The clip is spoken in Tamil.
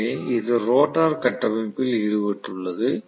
எனவே இது ரோட்டார் கட்டமைப்பில் ஈடுபட்டுள்ளது